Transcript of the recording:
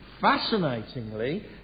fascinatingly